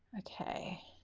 okay